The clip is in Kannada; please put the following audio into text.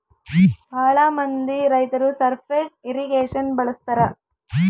ಭಾಳ ಮಂದಿ ರೈತರು ಸರ್ಫೇಸ್ ಇರ್ರಿಗೇಷನ್ ಬಳಸ್ತರ